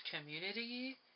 community